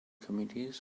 communities